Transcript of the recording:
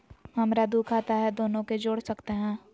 हमरा दू खाता हय, दोनो के जोड़ सकते है?